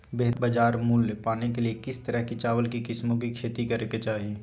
बेहतर बाजार मूल्य पाने के लिए किस तरह की चावल की किस्मों की खेती करे के चाहि?